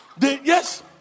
Yes